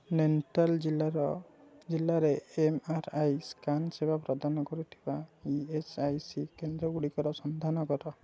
ନୈନିତାଲ୍ ଜିଲ୍ଲାର ଜିଲ୍ଲାରେ M R I scan ସେବା ପ୍ରଦାନ କରୁଥିବା ଇ ଏସ୍ ଆଇ ସି କେନ୍ଦ୍ରଗୁଡ଼ିକର ସନ୍ଧାନ କର